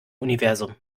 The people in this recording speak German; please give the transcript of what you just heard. universum